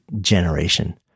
generation